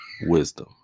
wisdom